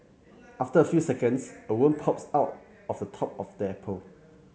after a few seconds a worm pops out of the top of the apple